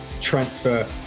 transfer